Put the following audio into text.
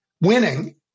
Winning